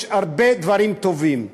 יש הרבה דברים טובים.